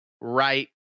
right